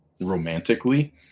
romantically